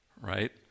right